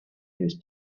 his